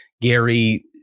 gary